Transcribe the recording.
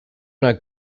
not